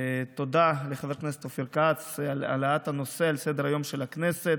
תודה לחבר הכנסת אופיר כץ על העלאת הנושא על סדר-היום של הכנסת.